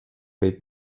võib